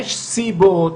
יש סיבות